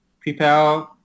prepare